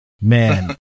Man